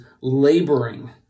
laboring